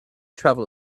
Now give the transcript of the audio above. travel